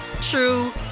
true